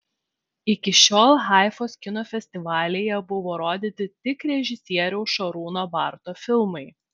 iki šiol haifos kino festivalyje buvo rodyti tik režisieriaus šarūno barto filmai